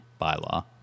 Bylaw